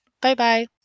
Bye-bye